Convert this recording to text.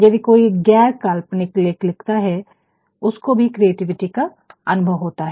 यदि कोई गैर काल्पनिक लेख लिखता है उनको भी क्रिएटिविटी का अनुभव होता है